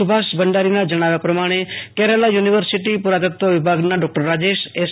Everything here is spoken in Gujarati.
સુ ભાષ ભંડારીના જણાવ્યા પ્રમાણે કેરલા યુ નિવર્સિટી પુ રાતત્ત્વ વિભાગના ડો રાજેશ એસ